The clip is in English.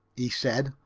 he said,